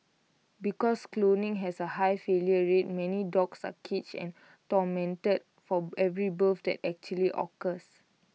because cloning has A high failure rate many dogs are caged and tormented for every birth that actually occurs